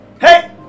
Hey